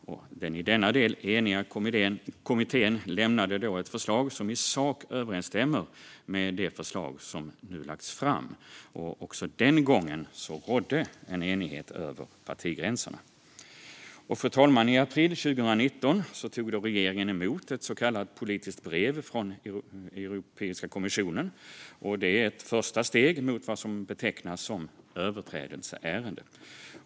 Kommittén, som i denna del var enig, lämnade ett förslag som i sak överensstämmer med det förslag som nu har lagts fram. Också den gången rådde enighet över partigränserna. Fru talman! I april 2019 tog regeringen emot ett så kallat politiskt brev från Europeiska kommissionen. Det är ett första steg mot vad som betecknas som ett överträdelseärende.